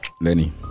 Lenny